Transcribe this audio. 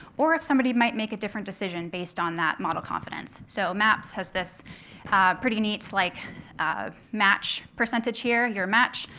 or if somebody might make a different decision based on that model confidence. so maps has this pretty neat like um match percentage. here, your match.